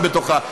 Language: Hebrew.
בתוכה.